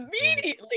Immediately